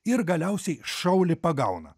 ir galiausiai šaulį pagauna